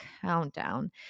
countdown